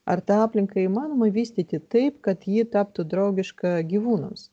ar tą aplinką įmanoma vystyti taip kad ji taptų draugiška gyvūnams